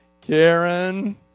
Karen